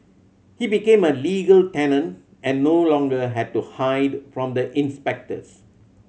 he became a legal tenant and no longer had to hide from the inspectors